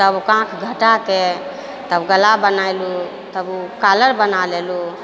तब काँख घटा कऽ तब गला बनयलहुँ तब ओ कालर बना लेलहुँ